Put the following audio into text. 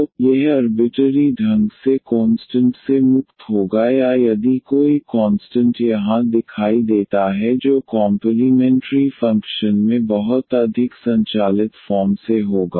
तो यह अर्बिटरी ढंग से कोंस्टंट से मुक्त होगा या यदि कोई कॉन्स्टंट यहां दिखाई देता है जो कॉम्पलीमेंट्री फंक्शन में बहुत अधिक संचालित फॉर्म से होगा